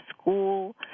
school